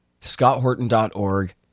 scotthorton.org